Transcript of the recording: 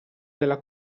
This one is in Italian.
della